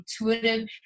intuitive